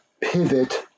pivot